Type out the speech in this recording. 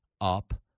up